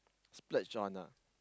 splurge on ah